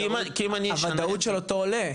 כי אם אני --- הוודאות של אותו עולה,